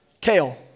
Kale